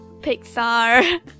Pixar